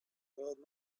heard